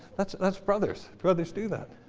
that's that's brothers. brothers do that.